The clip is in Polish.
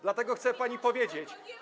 Dlatego chcę pani powiedzieć.